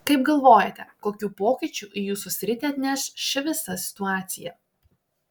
kaip galvojate kokių pokyčių į jūsų sritį atneš ši visa situacija